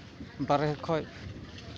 ᱫᱟᱨᱮ ᱠᱷᱚᱡ